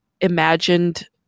imagined